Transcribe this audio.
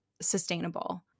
sustainable